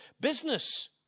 Business